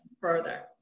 further